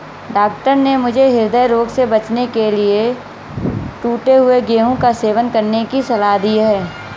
doctor ने मुझे हृदय रोग से बचने के लिए टूटे हुए गेहूं का सेवन करने की सलाह दी है